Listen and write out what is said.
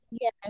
Yes